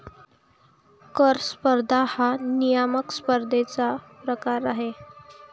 कर स्पर्धा हा नियामक स्पर्धेचा एक प्रकार आहे